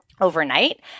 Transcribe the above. overnight